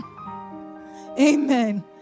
amen